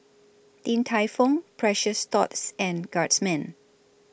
Din Tai Fung Precious Thots and Guardsman